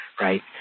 right